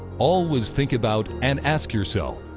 always think about and ask yourself,